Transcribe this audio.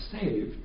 saved